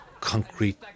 concrete